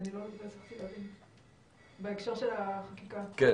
בהקשר של החקיקה אני לא כל כך הצלחתי להבין.